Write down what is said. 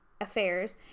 affairs